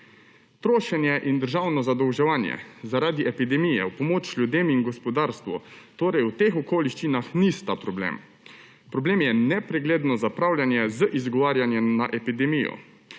Trošenje in državno zadolževanje zaradi epidemije v pomoč ljudem in gospodarstvu torej v teh okoliščinah nista problem. Problem je nepregledno zapravljanje z izgovarjanjem na epidemijo.